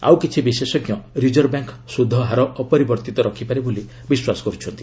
ଆଉ କିଛି ବିଶେଷଜ୍ଞ ରିଜର୍ଭ ବ୍ୟାଙ୍କ୍ ସୁଧ ହାର ଅପରିବର୍ତ୍ତିତ ରଖିପାରେ ବୋଲି ବିଶ୍ୱାସ କରୁଛନ୍ତି